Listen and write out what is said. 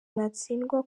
natsindwa